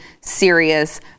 serious